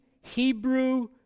Hebrew